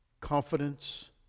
confidence